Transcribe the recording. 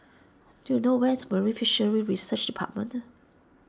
do you know where is Marine Fisheries Research Department